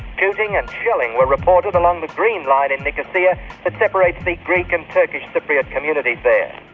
shooting and shelling were reported along the green line in nicosia that separates the greek and turkish cypriot communities there.